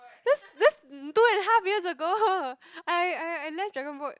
that's that's mm two and half years ago hor I I I left dragon boat